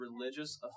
religious